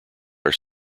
are